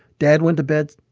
dad went to bed.